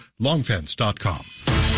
longfence.com